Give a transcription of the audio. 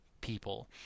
people